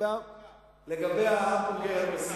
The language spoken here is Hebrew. לגבי ההמבורגר.